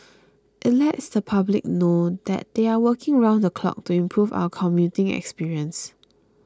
it lets the public know that they are working round the clock to improve our commuting experience